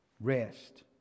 Rest